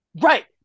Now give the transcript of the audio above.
right